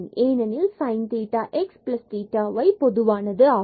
ஏனெனில் sin theta x theta y பொதுவானது ஆகும்